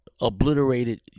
obliterated